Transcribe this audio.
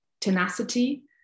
tenacity